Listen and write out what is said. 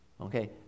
Okay